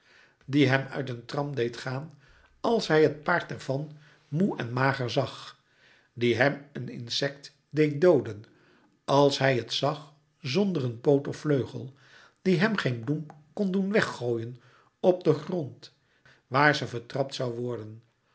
die hem uit een tram deed gaan als hij het paard ervan moê en mager zag die hem een insect deed dooden als hij het zag zonder een poot of vleugel die hem geen bloem kon doen weggooien op den grond waar ze vertrapt zoû worden